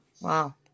Wow